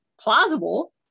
plausible